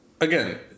again